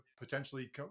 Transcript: potentially